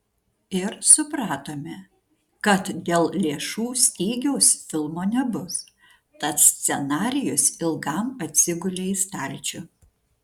ir supratome kad dėl lėšų stygiaus filmo nebus tad scenarijus ilgam atsigulė į stalčių